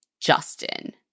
Justin